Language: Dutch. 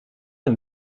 een